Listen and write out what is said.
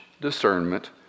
discernment